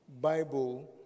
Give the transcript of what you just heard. Bible